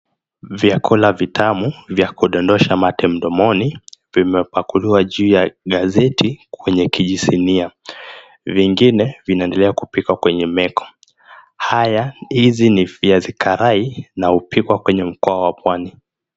Vyakula vitamu vya kudondosha mate mdomoni vimepakuliwa juu ya gazeti kwenye kijisinia. Vingine vinaendelea kupikwa kwenye meko. Haya hizi ni viazi karai unaopikwa kwenye mkoa wa pwani.